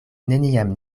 neniam